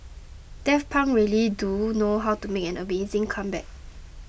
Daft Punk really do know how to make an amazing comeback